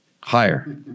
Higher